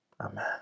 Amen